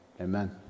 amen